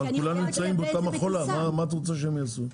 אבל הכול נמצא באותה מכולה, מה את רוצה שהם יעשו.